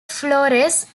flores